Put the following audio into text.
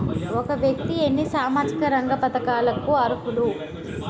ఒక వ్యక్తి ఎన్ని సామాజిక రంగ పథకాలకు అర్హులు?